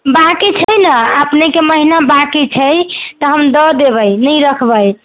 बाकी छै ने अपनेके महिना बाँकि छै तऽ हम दऽ देबै नहि रखबै